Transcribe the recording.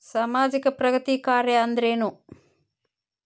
ಸಾಮಾಜಿಕ ಪ್ರಗತಿ ಕಾರ್ಯಾ ಅಂದ್ರೇನು?